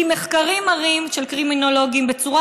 כי מחקרים של קרימינולוגים מראים בצורה